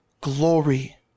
glory